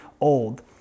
old